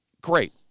Great